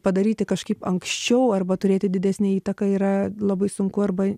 padaryti kažkaip anksčiau arba turėti didesnę įtaką yra labai sunku arba